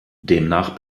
demnach